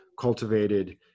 cultivated